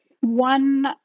one